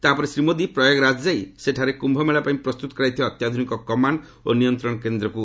ତାପରେ ଶ୍ରୀ ମୋଦି ପ୍ରୟାଗରାଜ ଯାଇ ସେଠାରେ କ୍ୟୁ ମେଳା ପାଇଁ ପ୍ରସ୍ତୁତ କରାଯାଇଥିବା ଅତ୍ୟାଧୁନିକ କମାଣ୍ଡ ଓ ନିୟନ୍ତ୍ରଣ କେନ୍ଦ୍ରକୁ ଉଦ୍ଘାଟନ କରିବେ